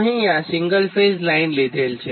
અહીં આ single phase line લીધેલ છે